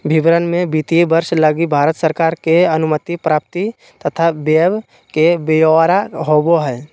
विवरण मे वित्तीय वर्ष लगी भारत सरकार के अनुमानित प्राप्ति तथा व्यय के ब्यौरा होवो हय